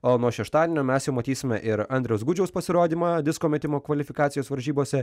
o nuo šeštadienio mes jau matysime ir andriaus gudžiaus pasirodymą disko metimo kvalifikacijos varžybose